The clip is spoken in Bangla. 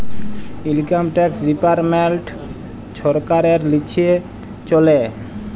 ইলকাম ট্যাক্স ডিপার্টমেল্ট ছরকারের লিচে চলে